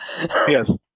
Yes